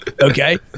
Okay